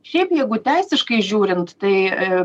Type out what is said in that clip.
šiaip jeigu teisiškai žiūrint tai